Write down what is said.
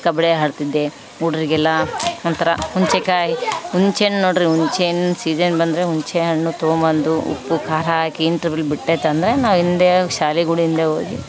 ಕಬಡ್ಡಿ ಆಡ್ತಿದ್ದೆ ಹುಡುಗ್ರೆಲ್ಲ ಒಂಥರ ಹುಂಚೆಕಾಯಿ ಹುಂಚೆ ಹಣ್ಣು ನೋಡ್ರಿ ಹುಂಚೆ ಹಣ್ಣು ಸೀಜನ್ ಬಂದರೆ ಹುಂಚೆ ಹಣ್ಣು ತೊಗೊಬಂದು ಉಪ್ಪುಖಾರ ಹಾಕಿ ಇಂಟ್ರವಿಲ್ ಬಿಟ್ಟೆತಂದರೆ ನಾವು ಇಂದೇ ಶಾಲೆಗುಡಿಂದೆ ಹೋಗಿ